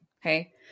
Okay